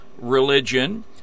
religion